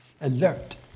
alert